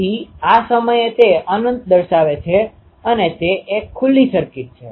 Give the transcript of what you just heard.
તેથી આ સમયે તે અનંત દર્શાવે છે અને તે એક ખુલ્લી સર્કિટ છે